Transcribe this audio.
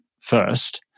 first